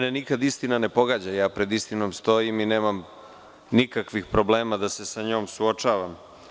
Mene nikad istina ne pogađa, ja pred istinom stojim i nemam nikakvih problema da se sa njom suočavam.